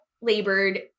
labored